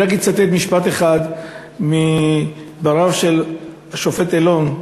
אני רק אצטט משפט אחד מדבריו של השופט אלון,